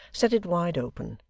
set it wide open,